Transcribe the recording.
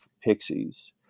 Pixies